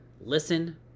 listen